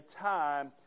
time